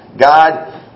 God